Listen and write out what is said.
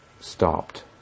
stopped